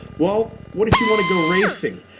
well, what if you want to go racing?